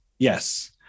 Yes